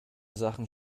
sachen